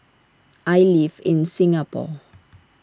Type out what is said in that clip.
I live in Singapore